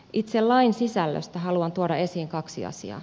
itse lain sisällöstä haluan tuoda esiin kaksi asiaa